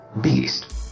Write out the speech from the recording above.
BEAST